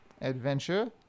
Adventure